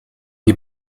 die